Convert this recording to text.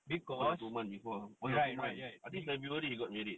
one or two months before one or two months I think february he got married